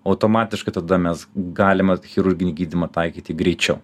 automatiškai tada mes galima chirurginį gydymą taikyti greičiau